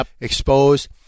exposed